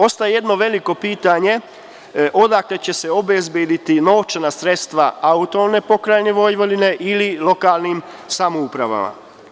Ostaje jedno veliko pitanje – odakle će se obezbediti novčana sredstva AP Vojvodine ili lokalnim samoupravama?